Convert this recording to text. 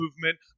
movement